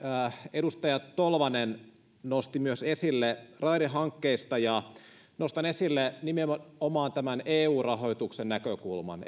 edustaja tolvanen nosti esille raidehankkeista nostan esille nimenomaan tämän eu rahoituksen näkökulman